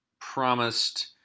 promised